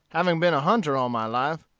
having been a hunter all my life?